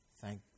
thank